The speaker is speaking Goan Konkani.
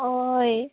होय